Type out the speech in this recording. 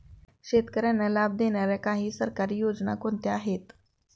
शेतकऱ्यांना लाभ देणाऱ्या काही सरकारी योजना कोणत्या आहेत?